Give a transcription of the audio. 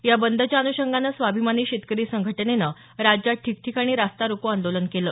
या बंदच्या अनुषंगानं स्वाभिमानी शेतकरी संघटनेनं राज्यात ठिकठिकाणी रास्ता रोको आंदोलन केलं